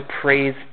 praise